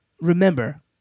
Remember